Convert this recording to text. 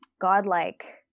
godlike